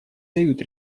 дают